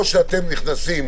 או שאתם נכנסים